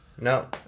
No